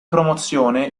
promozione